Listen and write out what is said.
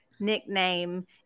nickname